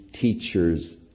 teachers